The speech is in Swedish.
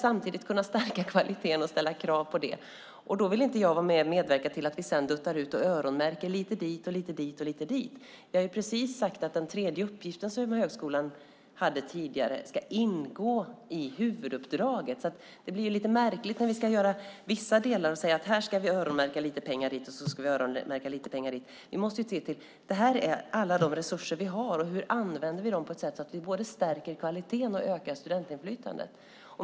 Samtidigt vill vi stärka kvaliteten och ställa krav på den. Jag vill därför inte medverka till att vi duttar ut och öronmärker lite här och lite där. Vi har precis sagt att den tredje uppgiften som högskolan hade tidigare ska ingå i huvuduppdraget. Då blir det märkligt om vi öronmärker pengar här och där. Det här är alla resurser vi har. Hur använder vi dem på ett sätt så att vi både stärker kvaliteten och ökar studentinflytandet?